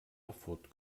erfurt